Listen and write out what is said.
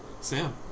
Sam